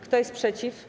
Kto jest przeciw?